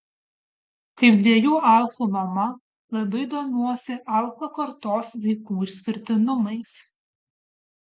kaip dviejų alfų mama labai domiuosi alfa kartos vaikų išskirtinumais